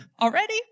already